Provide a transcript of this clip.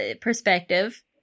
perspective